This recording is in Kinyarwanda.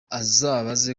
azabaze